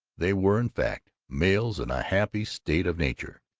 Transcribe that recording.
they were, in fact, males in a happy state of nature.